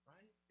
Right